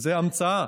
זו המצאה.